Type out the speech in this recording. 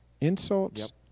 insults